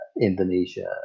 Indonesia